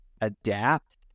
adapt